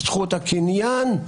זכות הקניין,